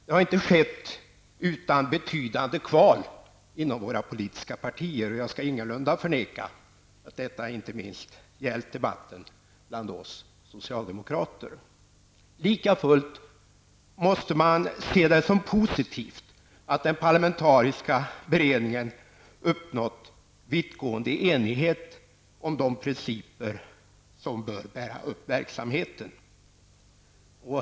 Det har inte skett utan betydande kval inom våra politiska partier, och jag skall ingalunda förneka att detta inte minst gällt debatten bland oss socialdemokrater. Likafullt måste man se det som positivt att den parlamentariska beredningen uppnått vittgående enighet om de principer som bör bära upp verksamheten.